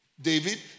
David